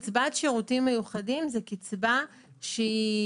קצבת שירותים מיוחדים זו קצבה שהיא